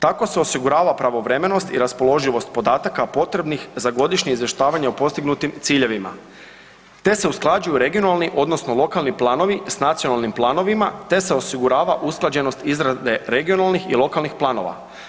Tako se osigurava pravovremenost i raspoloživost podataka potrebnih za godišnje izvještavanje o postignutim ciljevima te se usklađuju regionalni odnosno lokalni planovi sa nacionalnim planovima te se osigurava usklađenost izrade regionalnih i lokalnih planova.